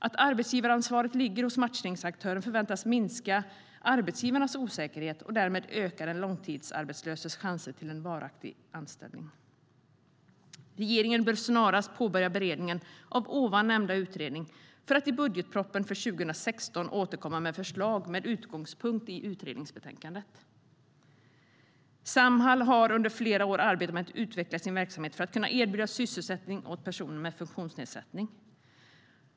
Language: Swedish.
Att arbetsgivaransvaret ligger hos matchningsaktören förväntas minska arbetsgivarnas osäkerhet och därmed öka den långtidsarbetslöses chanser till en varaktig anställning. Samhall har under flera år arbetat med att utveckla sin verksamhet för att kunna erbjuda sysselsättning åt personer med funktionsnedsättning.